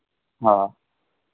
હા